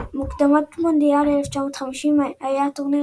מוקדמות מונדיאל 1950 היה הטורניר